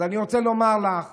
אז אני רוצה לומר לך